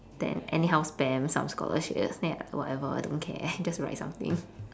then anyhow spam some scholarships ya whatever don't care just write something